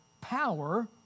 power